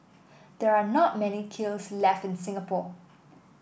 there are not many kilns left in Singapore